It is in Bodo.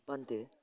मा होन्दो